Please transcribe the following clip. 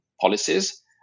policies